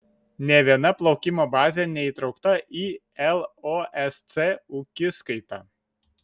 nė viena plaukimo bazė neįtraukta į losc ūkiskaitą